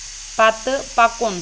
پتہٕ پکُن